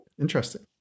Interesting